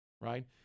right